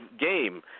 game